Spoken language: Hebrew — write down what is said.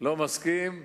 לא מסכים,